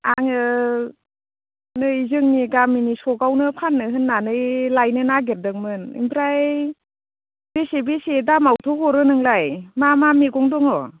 आङो नै जोंनि गामिनि सखआवनो फाननो होननानै लायनो नागिरदोंमोन ओमफ्राय बेसे बेसे दामावथो हरो नोंलाय मा मा मैगं दङ